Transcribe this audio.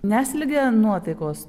neslėgė nuotaikos